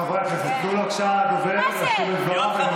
חברי הכנסת, תנו בבקשה לדובר להשלים את דבריו.